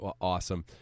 awesome